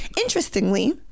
Interestingly